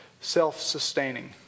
self-sustaining